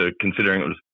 considering